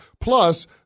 Plus